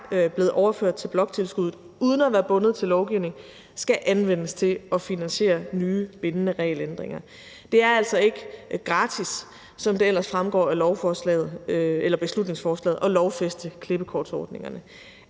blevet overført til bloktilskuddet uden at være bundet til lovgivning, skal anvendes til at finansiere nye bindende regelændringer. Det er altså ikke gratis, som det ellers fremgår af beslutningsforslaget, at lovfæste klippekortsordningerne.